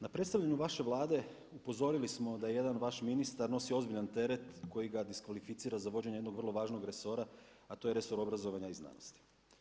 Na predstavljanju vaše Vlade upozorili smo da jedan vaš ministar nosi ozbiljan teret koji ga diskvalificira za vođenje jednog vrlo važnog resora, a to je resor obrazovanja i znanosti.